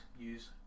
use